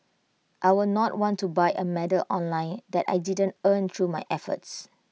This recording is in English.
I will not want to buy A medal online that I didn't earn through my own efforts